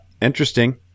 interesting